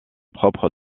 propre